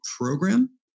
program